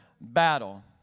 battle